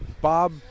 Bob